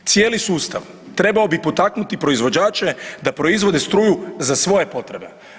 Cijeli sustav trebao bi potaknuti proizvođače da proizvode struju za svoje potrebe.